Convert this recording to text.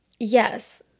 yes